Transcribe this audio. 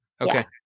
Okay